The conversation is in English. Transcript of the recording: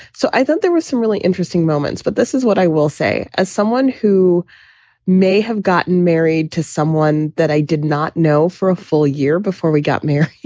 so i thought there were some really interesting moments, but this is what i will say as someone who may have gotten married to someone that i did not know for a full year before we got married.